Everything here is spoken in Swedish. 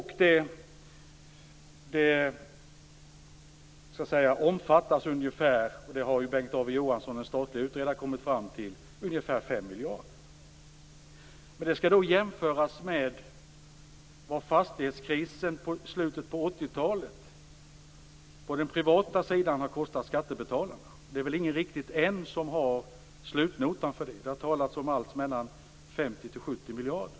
har kommit fram till att detta omfattar ungefär 5 miljarder. Det skall jämföras med vad fastighetskrisen på den privata sidan i slutet på 80-talet har kostat skattebetalarna. Ingen har ännu slutnotan. Det har talats om allt mellan 50 och 70 miljarder.